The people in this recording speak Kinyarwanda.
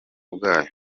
bwacyo